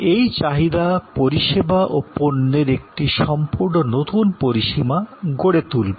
এই চাহিদা পরিষেবা ও পণ্যের একটি সম্পূর্ণ নতুন পরিসীমা গড়ে তুলবে